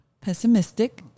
pessimistic